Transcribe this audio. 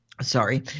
Sorry